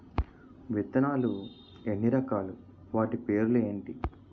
విత్తనాలు ఎన్ని రకాలు, వాటి పేర్లు ఏంటి?